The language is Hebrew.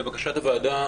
לבקשת הוועדה,